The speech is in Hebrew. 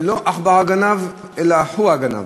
לא עכברא גנב אלא חורא גנב.